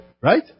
Right